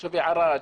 תושבי ערד,